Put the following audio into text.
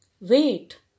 wait